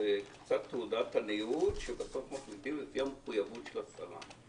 זה קצת תעודת עניות שבסוף מחליטים לפי המחויבות של השרה.